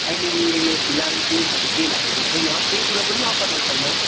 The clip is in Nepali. अहिले फिलहाल सेल्सहरू केही लागेको छैन केही कुरो पनि अफरमा छैन